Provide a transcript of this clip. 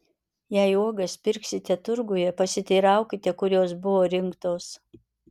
jei uogas pirksite turguje pasiteiraukite kur jos buvo rinktos